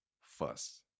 fuss